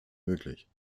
möglich